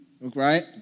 right